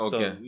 Okay